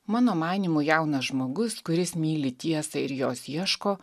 mano manymu jaunas žmogus kuris myli tiesą ir jos ieško